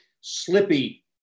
slippy